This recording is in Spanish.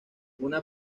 una